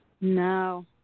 No